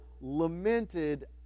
lamented